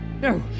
no